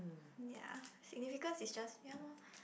ya significance is just ya loh